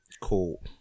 Cool